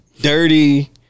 dirty